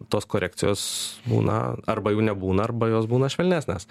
tos korekcijos būna arba jų nebūna arba jos būna švelnesnės